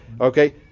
Okay